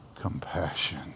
compassion